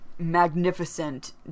magnificent